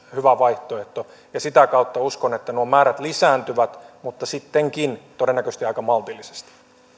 hyvä vaihtoehto sitä kautta uskon että nuo määrät lisääntyvät mutta sittenkin todennäköisesti aika maltillisesti